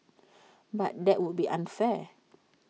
but that would be unfair